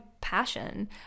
passion